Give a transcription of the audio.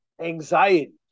anxiety